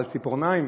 בציפורניים,